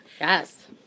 yes